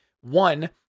One